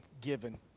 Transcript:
given